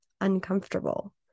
uncomfortable